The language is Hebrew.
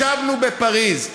ישבנו בפריז,